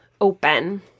open